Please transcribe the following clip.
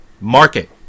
Market